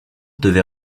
devait